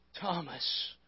Thomas